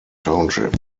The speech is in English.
township